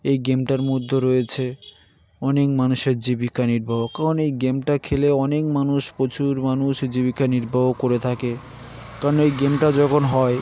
এই গেমটার মধ্যে রয়েছে অনেক মানুষের জীবিকা নির্বাহ কারণ এই গেমটা খেলে অনেক মানুষ প্রচুর মানুষ জীবিকা নির্বাহ করে থাকে কারণ এই গেমটা যখন হয়